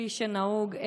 כפי שנהוג,